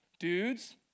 Dudes